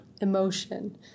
emotion